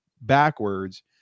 backwards